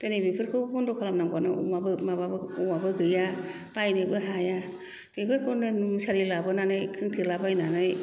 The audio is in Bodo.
दिनै बेफोरखौ बन्द' खालामनांगौ माबाबो औवाबो गैया बायनोबो हाया बेफोरखौनो मुसारि लाबोनानै खोंथेला बायनानै